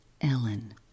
Ellen